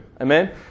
Amen